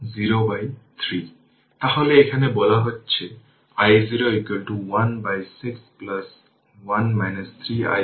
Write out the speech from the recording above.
সুতরাং সেক্ষেত্রে vt হবে v0 এটা আমরা দেখেছি